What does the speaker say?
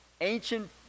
ancient